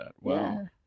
Wow